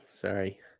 sorry